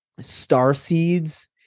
starseeds